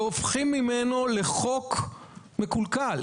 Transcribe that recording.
והופכים אותו לחוק מקולקל.